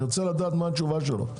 אני רוצה לדעת מה התשובה שלו.